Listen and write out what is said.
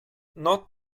not